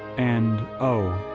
and, oh,